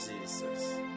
Jesus